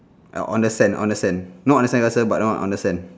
uh on the sand on the sand not on the sandcastle but not on the sand